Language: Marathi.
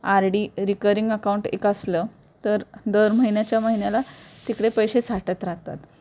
आर डी रिकरिंग अकाऊंट एक असलं तर दर महिन्याच्या महिन्याला तिकडे पैसे साठत राहतात